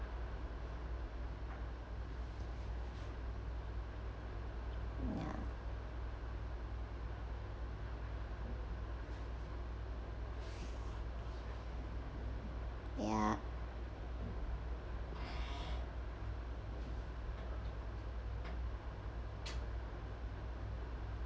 ya ya